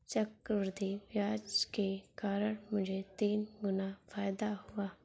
चक्रवृद्धि ब्याज के कारण मुझे तीन गुना फायदा हुआ